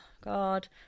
god